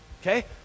Okay